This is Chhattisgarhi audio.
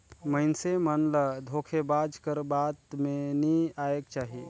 मइनसे मन ल धोखेबाज कर बात में नी आएक चाही